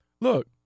look